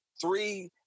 three